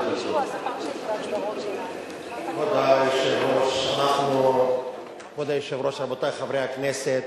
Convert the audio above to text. כבוד היושב-ראש, רבותי חברי הכנסת.